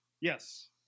Yes